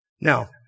Now